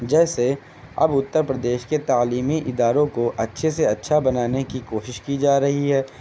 جیسے اب اترپر دیش کے تعلیمی اداروں کو اچھے سے اچھا بنانے کی کوشش کی جا رہی ہے